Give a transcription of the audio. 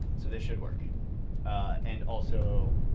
so this should work and also,